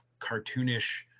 cartoonish